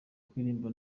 kuririmba